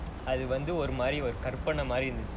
அது வந்த கற்பனை மாரி:athu vantha karpanai maari